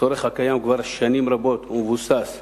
הצורך קיים כבר שנים רבות, והוא מבוסס בהלכה.